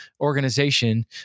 organization